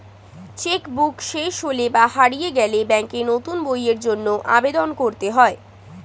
check book শেষ হলে বা হারিয়ে গেলে ব্যাঙ্কে নতুন বইয়ের জন্য আবেদন করতে হয়